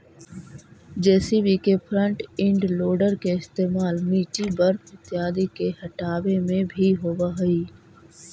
JCB के front end loader के इस्तेमाल मिट्टी, बर्फ इत्यादि के हँटावे में भी होवऽ हई